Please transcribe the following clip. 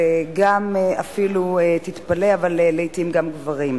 וגם, אפילו, תתפלא, אבל לעתים גם גברים.